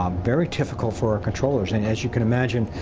um very difficult for our controllers, and as you can imagine,